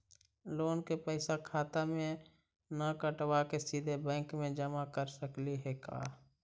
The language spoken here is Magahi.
लोन के पैसा खाता मे से न कटवा के सिधे बैंक में जमा कर सकली हे का?